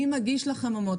מי מגיש לחממות?